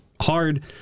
hard